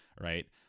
right